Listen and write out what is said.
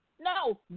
No